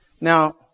Now